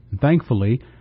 Thankfully